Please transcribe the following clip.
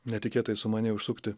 netikėtai sumanei užsukti